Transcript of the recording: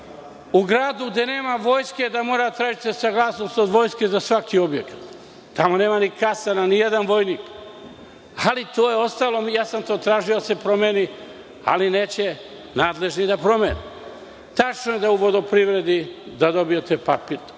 u gradu gde nema vojske morate da tražite saglasnost od vojske za svaki objekat. Tamo nema ni kasarna, nijedan vojnik. Ali, to je ostalo. Ja sam tražio da se to promene, ali neće nadležni. Tačno je da u vodoprivredi dobijate paket